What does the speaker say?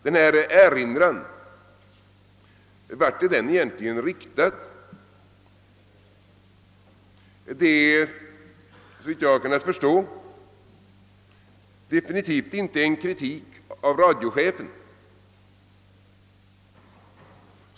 Vart är egentligen denna erinran riktad? Såvitt jag har kunnat förstå innebär den definitivt inte någon kritik av radiochefen.